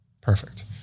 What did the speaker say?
perfect